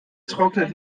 trocknet